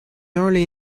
early